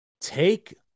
take